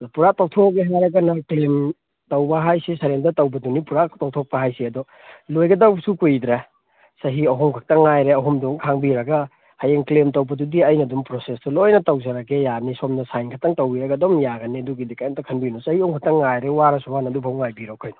ꯄꯨꯔꯥ ꯇꯣꯛꯊꯣꯛꯑꯒꯦ ꯍꯥꯏꯔꯒꯅ ꯀ꯭ꯂꯤꯝ ꯇꯧꯕ ꯍꯥꯏꯁꯦ ꯁꯔꯦꯟꯗꯔ ꯇꯧꯕꯗꯨꯅꯤ ꯄꯨꯔꯥ ꯇꯣꯛꯊꯣꯛꯄ ꯍꯥꯏꯁꯤ ꯑꯗꯣ ꯂꯣꯏꯒꯗꯧꯕꯁꯨ ꯀꯨꯏꯗ꯭ꯔꯦ ꯆꯍꯤ ꯑꯍꯨꯝ ꯈꯛꯇ ꯉꯥꯏꯔꯦ ꯑꯍꯨꯝꯗꯨꯃ ꯈꯥꯡꯕꯤꯔꯒ ꯍꯌꯦꯡ ꯀ꯭ꯂꯦꯝ ꯇꯧꯕꯗꯨꯗꯤ ꯑꯩꯅ ꯑꯗꯨꯝ ꯄ꯭ꯔꯣꯁꯦꯁꯇꯨ ꯂꯣꯏꯅ ꯇꯧꯖꯔꯒꯦ ꯌꯥꯅꯤ ꯁꯣꯝꯅ ꯁꯥꯏꯟ ꯈꯛꯇꯪ ꯇꯧꯕꯤꯔꯒ ꯑꯗꯨꯝ ꯌꯥꯒꯅꯤ ꯑꯗꯨꯒꯤꯗꯤ ꯀꯩꯏꯝꯇ ꯈꯟꯕꯤꯅꯨ ꯆꯍꯤ ꯑꯍꯨꯝ ꯈꯛꯇꯪ ꯉꯥꯏꯔꯣ ꯋꯥꯔꯁꯨ ꯋꯥꯅ ꯑꯗꯨꯐꯥꯎ ꯉꯥꯏꯕꯤꯔꯣ ꯀꯩꯅꯣ